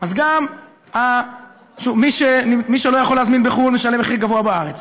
אז גם מי שלא יכול להזמין בחו"ל משלם מחיר גבוה בארץ,